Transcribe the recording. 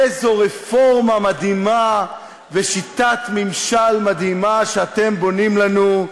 איזו רפורמה מדהימה ושיטת ממשל מדהימה שאתם בונים לנו,